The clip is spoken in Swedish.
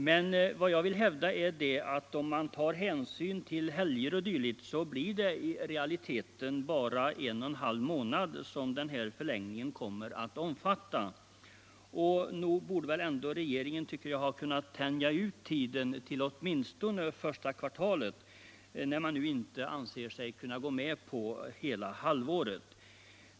Men vad jag vill hävda är att om man tar hänsyn dragen för daghemsbyggande tull helger o. d., så blir det i realiteten bara en och en halv månad som denna förlängning kommer att omfatta. Nog borde väl ändå regeringen ha kunnat tänja ut tiden till åtminstone det första kvartalet, när man nu inte anser sig kunna gå med på det första halvåret.